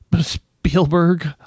Spielberg